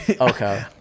okay